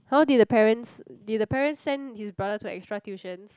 how did the parents did the parents send his brother to extra tuitions